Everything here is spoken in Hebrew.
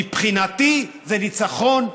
מבחינתי זה ניצחון,